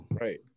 Right